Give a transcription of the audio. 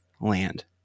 land